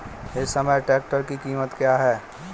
इस समय ट्रैक्टर की कीमत क्या है?